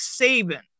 Saban